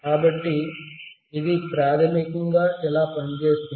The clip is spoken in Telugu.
కాబట్టి ఇది ప్రాథమికంగా ఇలా పనిచేస్తుంది